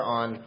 on